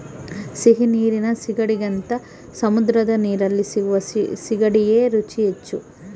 ಸಿಹಿ ನೀರಿನ ಸೀಗಡಿಗಿಂತ ಸಮುದ್ರದ ನೀರಲ್ಲಿ ಸಿಗುವ ಸೀಗಡಿಯ ರುಚಿ ಹೆಚ್ಚು